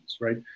right